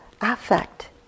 affect